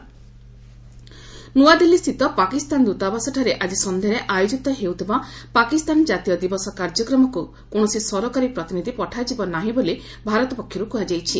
MEA ପାକ ନ୍ତଆଦିଲ୍ଲୀ ସ୍ଥିତ ପାକିସ୍ତାନ ଦୃତାବାସଠାରେ ଆଜି ସନ୍ଧ୍ୟାରେ ଆୟୋଜିତ ହେଉଥିବା ପାକିସ୍ତାନ ଜାତୀୟ ଦିବସ କାର୍ଯ୍ୟକ୍ରମକୁ କୌଣସି ସରକାରୀ ପ୍ରତିନିଧି ପଠାଯିବ ନାହିଁ ବୋଲି ଭାରତ ପକ୍ଷରୁ କୁହାଯାଇଛି